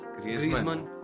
Griezmann